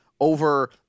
over